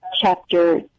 chapter